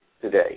today